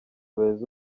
beza